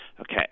Okay